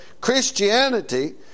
Christianity